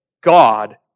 God